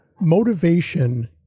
motivation